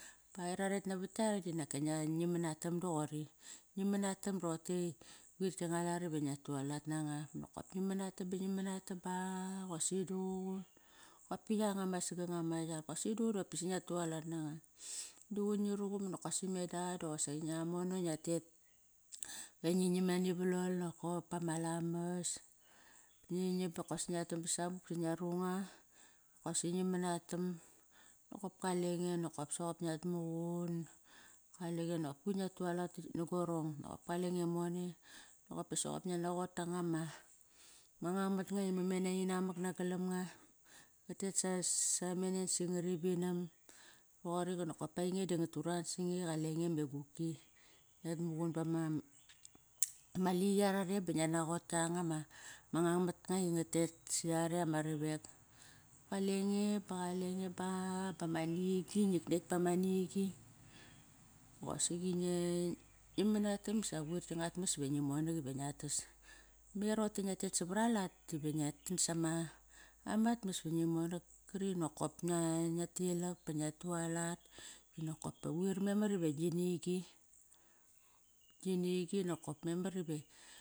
Pa ra ret navat giarong di ngi manatam toqori. Ngi manatam rotei quir gianga lat iva ngiat tualat nanga. Nokop ngi manatam ba ngi manatam, ba bosi duququ. Qopki yanga ma saganga ma yar, kosaqi duququ nopsi ngia tualat nanga. Duququ ngi ruqum bonokopsi meda ngia mono ngia tet. Va ngi nam nani valol bama lamas ngi nam dokopsi ngia ret ba savuk da ngia runga, kosi ngi manatam nokop kalenge nokop soqop ngiat muqun. Nokop kalenge mone. Noqop pa soqop ngiat naqot tanga ma nang mat nga i mamena inamak nagal am nga. Ngatet sam mamene si ngari vinam, toqori da nakop pa ainge da nguturan sange qalenge me guki ngiat muqun bama liqi ara rem ba ngiat naqot kianga ma nang mat nga inga tet si yare ama ravek, ba qalenge, ba qalenge ba bama nigi ngit nekt pama nigi boqosaqi ngi, ngi manatam sa quir giangat mas iva ngi monak iva ngiat tas. Me roqotei ngia tet savar alat dive ngia tan samat mas iva ngi monak qari nokop ngiat lilak ba ngia tualat bi nakop quir memar iva ginigi, gi ngi nakop memar.